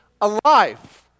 alive